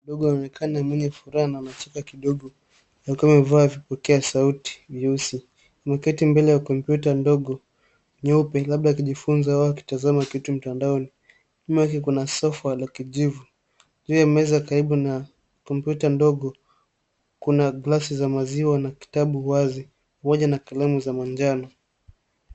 Mtoto mdogo anaonekana mwenye furaha na anacheka kidogo, akiwa amevaa vipokea sauti vieusi. Ameketi mbele ya kompyuta ndogo nyeupe, labda akijifunza au akitazama kitu mtandaoni. Nyuma yake kuna sofa la kijivu. Juu ya meza karibu na kompyuta ndogo kuna glasi za maziwa na kitabu wazi pamoja na kalamu za manjano.